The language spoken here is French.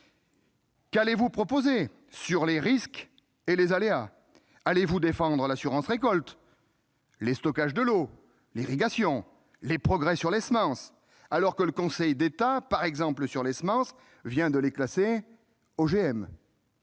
Qu'allez-vous proposer sur les risques et les aléas ? Allez-vous défendre l'assurance récolte, le stockage de l'eau, l'irrigation, les progrès s'agissant des semences, alors même que le Conseil d'État, par exemple, vient de les classer OGM ?